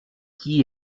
qui